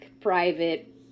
private